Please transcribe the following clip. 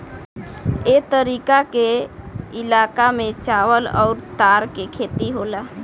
ए तरीका के इलाका में चावल अउर तार के खेती होला